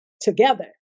together